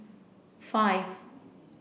five